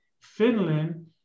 Finland